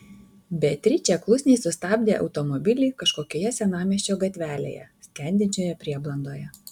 beatričė klusniai sustabdė automobilį kažkokioje senamiesčio gatvelėje skendinčioje prieblandoje